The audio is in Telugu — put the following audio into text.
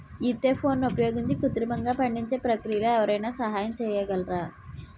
ఈథెఫోన్ని ఉపయోగించి కృత్రిమంగా పండించే ప్రక్రియలో ఎవరైనా సహాయం చేయగలరా?